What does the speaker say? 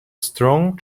strong